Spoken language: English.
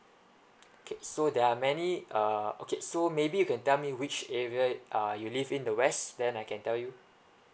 okay so there are many uh okay so maybe you can tell me which area uh you live in the west then I can tell you